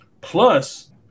Plus